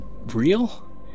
real